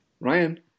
Ryan